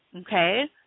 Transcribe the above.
Okay